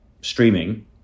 streaming